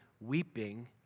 weeping